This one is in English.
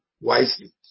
wisely